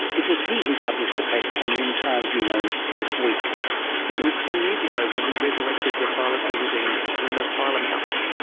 it was he who published the paper on the entire genome this week. i think it was ten years ago when we resurrected the thylacine gene in the thyla-mouse,